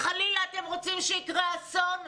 חלילה אתם רוצים שיקרה אסון?